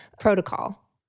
protocol